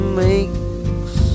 makes